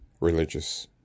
religious